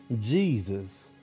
Jesus